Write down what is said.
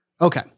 Okay